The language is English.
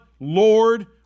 Lord